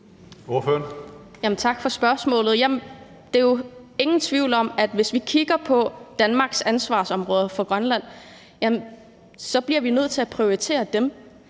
Tak for spørgsmålet. Der er jo ingen tvivl om, at hvis vi kigger på Danmarks ansvarsområder i forhold til Grønland, bliver vi nødt til at prioritere dem,